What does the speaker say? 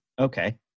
okay